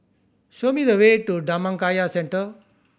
show me the way to Dhammakaya Centre